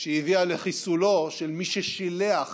שהביאה לחיסולו של מי ששילח